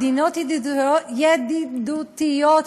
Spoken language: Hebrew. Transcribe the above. מדינות ידידותיות,